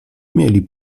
mieli